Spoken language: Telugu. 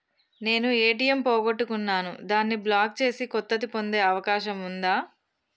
నేను ఏ.టి.ఎం పోగొట్టుకున్నాను దాన్ని బ్లాక్ చేసి కొత్తది పొందే అవకాశం ఉందా?